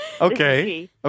Okay